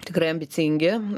tikrai ambicingi